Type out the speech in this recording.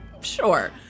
Sure